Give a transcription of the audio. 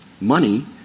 money –